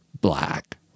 black